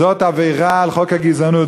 זאת עבירה על חוק הגזענות.